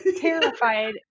terrified